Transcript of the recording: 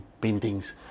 paintings